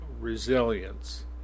resilience